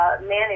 manage